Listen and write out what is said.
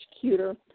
cuter